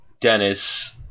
Dennis